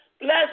bless